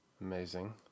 amazing